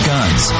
Guns